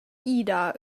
ida